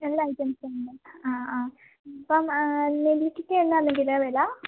എല്ലാ ഐറ്റംസും ഉണ്ടോ ആ ആ ഇപ്പം നെല്ലിക്കയ്ക്ക് എന്താണ് കിലോ വില